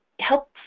help